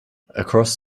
across